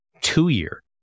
two-year